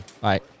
bye